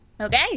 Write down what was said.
Okay